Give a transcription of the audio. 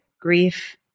grief